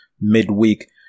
midweek